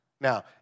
Now